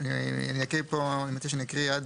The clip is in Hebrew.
אני חושב שהוכחתי שזה לא נציג ציבור.